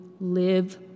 live